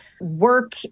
work